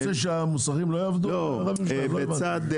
למשל,